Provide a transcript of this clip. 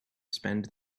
spend